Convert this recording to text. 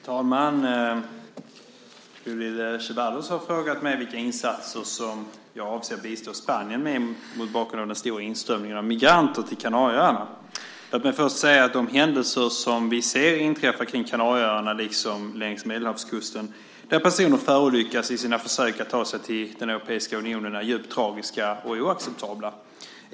Herr talman! Bodil Ceballos har frågat mig vilka insatser jag avser att bistå Spanien med mot bakgrund av den stora inströmningen av migranter till Kanarieöarna. Låt mig först säga att de händelser vi ser inträffa kring Kanarieöarna, liksom längs Medelhavskusten, där personer förolyckas i sina försök att ta sig till den europeiska unionen är djupt tragiska och oacceptabla.